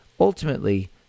Ultimately